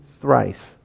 thrice